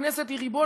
הכנסת היא ריבון.